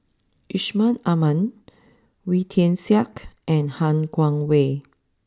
Yusman Aman Wee Tian Siak and Han Guangwei